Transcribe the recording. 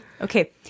Okay